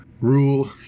Rule